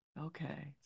Okay